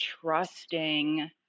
trusting